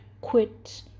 quit